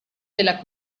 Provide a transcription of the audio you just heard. della